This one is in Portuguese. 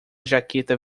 jaqueta